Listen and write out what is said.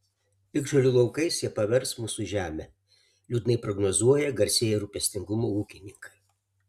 piktžolių laukais jie pavers mūsų žemę liūdnai prognozuoja garsėję rūpestingumu ūkininkai